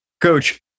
Coach